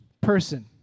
person